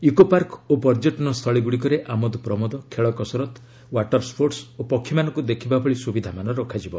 eco park ଓ ପର୍ଯ୍ୟଟନ ସ୍ଥଳୀଗୁଡ଼ିକରେ ଆମୋଦ ପ୍ରମୋଦ ଖେଳ କସରତ ୱାଟର୍ ସ୍କୋର୍ଟସ୍ ଓ ପକ୍ଷୀମାନଙ୍କୁ ଦେଖିବା ଭଳି ସୁବିଧାମାନ ରଖାଯିବ